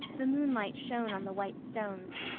the moonlight shone on the white stones,